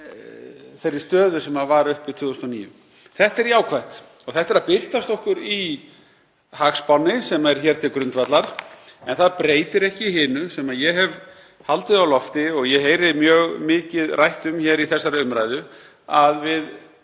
þeirri stöðu sem var uppi 2009. Þetta er jákvætt og birtist okkur í hagspánni sem liggur til grundvallar. En það breytir ekki hinu sem ég hef haldið á lofti og ég heyri mjög mikið rætt um í þessari umræðu, að við